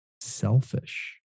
selfish